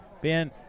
Ben